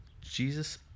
Jesus